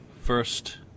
First